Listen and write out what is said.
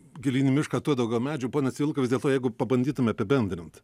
gilyn mišką tuo daugiau medžių pone civilka vis dėlto jeigu pabandytume apibendrint